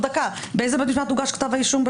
באיזה בית משפט הוגש כתב האישום?